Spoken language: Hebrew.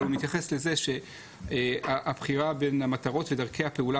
אבל הוא מתייחס לזה ש"הבחירה בין המטרות ודרכי הפעולה